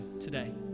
today